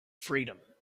freedom